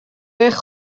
eich